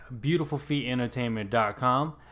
beautifulfeetentertainment.com